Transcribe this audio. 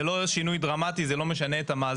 זה לא שינוי דרמטי, זה לא משנה את המאזן.